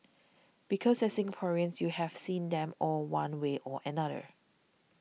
because as Singaporeans you have seen them all one way or another